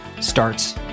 starts